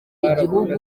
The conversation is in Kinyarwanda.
igihugu